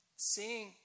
Seeing